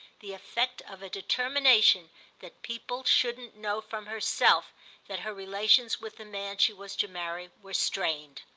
the effect of a determination that people shouldn't know from herself that her relations with the man she was to marry were strained.